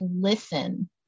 listen